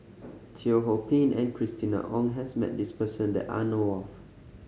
Teo Ho Pin and Christina Ong has met this person that I know of